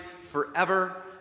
forever